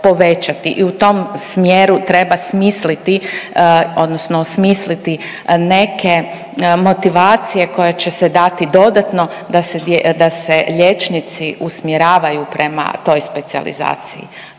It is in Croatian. i u tom smjeru treba smisliti odnosno osmisliti neke motivacije koje će se dati dodatno da se liječnici usmjeravaju prema toj specijalizaciji.